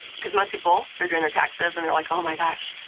because most people, they're doing their taxes, and they're like, oh my gosh,